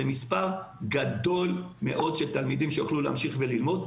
זה מספר גדול מאוד של תלמידים שיוכלו להמשיך ללמוד,